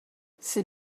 c’est